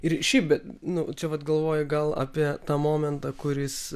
ir šiaip bet nu čia vat galvoji gal apie tą momentą kuris